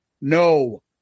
no